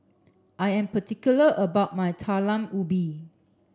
I am particular about my Talam Ubi